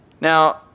Now